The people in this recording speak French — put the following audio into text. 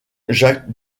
jack